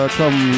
come